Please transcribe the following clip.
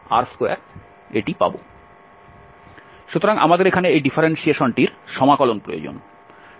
সুতরাং আমাদের এখানে এই ডিফারেন্সিয়েশনটির সমাকলন প্রয়োজন